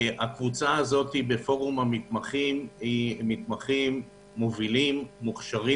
הקבוצה של פורום המתמחים מכילה מתמחים מוכשרים